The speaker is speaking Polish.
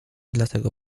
dlatego